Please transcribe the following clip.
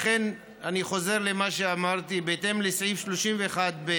אני חוזר למה שאמרתי: בהתאם לסעיף 31(ב)